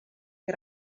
che